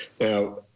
Now